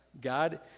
God